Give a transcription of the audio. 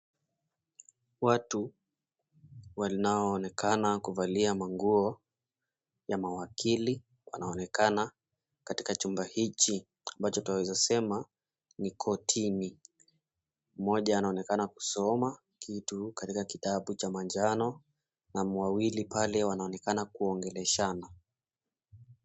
Watu wanaoonekana kuvalia manguo ya mawakili wanaonekana katika chumba hichi ambacho twaweza sema ni kotini. Mmoja anaonekana kusoma kitu katika kitabu cha manjano, na wawili pale wanaonekana kuongeleshana.